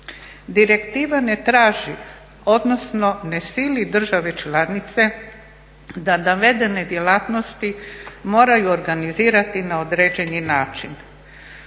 Direktiva ne traži, odnosno ne sili države članice da navedene djelatnosti moraju organizirati na određeni način.